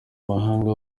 muhango